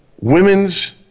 women's